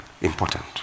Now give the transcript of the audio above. Important